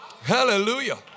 Hallelujah